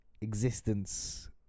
existence